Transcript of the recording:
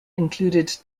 included